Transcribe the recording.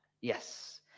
Yes